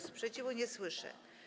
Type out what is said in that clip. Sprzeciwu nie słyszę.